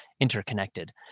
interconnected